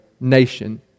nation